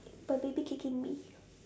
my baby kicking me